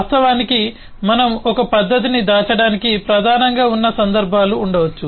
వాస్తవానికి మనము ఒక పద్ధతిని దాచడానికి ప్రధానంగా ఉన్న సందర్భాలు ఉండవచ్చు